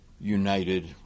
united